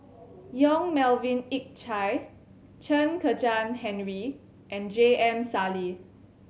Yong Melvin Yik Chye Chen Kezhan Henri and J M Sali